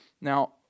Now